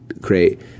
create